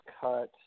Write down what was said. cut